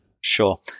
Sure